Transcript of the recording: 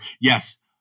yes